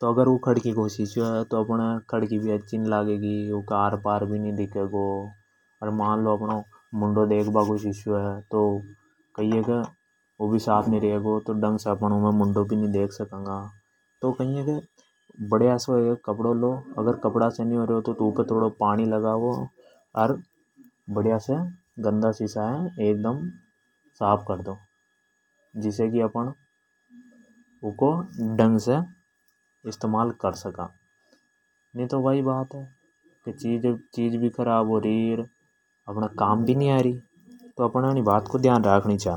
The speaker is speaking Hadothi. तो अगर वु खिड़की को शिशो है तो अपण खिड़की भी अच्छी नी लागे गी। ऊँ के आर पार भी नी दिखेंगो। अगर वु मुंडो देखबा को शिशो है तो कई है की उमे मुंडो साफ नी दिखेंगो। कई है की बडीआ सोख एक कपडो लो अगर कपडा से नी हो तो उपे थोडो पानी लगा वो। अर गंदा शीशा है साफ कर दो। जिसे की अपण ऊँ को ढंग से इस्तेेमाल कर सका। तो वाई बात है की चिज भी खराब हो री रे अपने काम भी नी आरी तो अप ण है इनी बात को ध्यान रखनी छा।